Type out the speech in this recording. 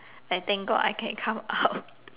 I thank God I can come out